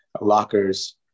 lockers